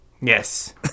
Yes